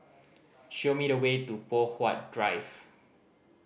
show me the way to Poh Huat Drive